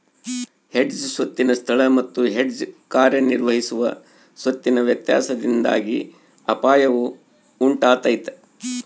hedge ಸ್ವತ್ತಿನ ಸ್ಥಳ ಮತ್ತು ಹೆಡ್ಜ್ ಕಾರ್ಯನಿರ್ವಹಿಸುವ ಸ್ವತ್ತಿನ ವ್ಯತ್ಯಾಸದಿಂದಾಗಿ ಅಪಾಯವು ಉಂಟಾತೈತ